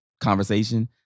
conversation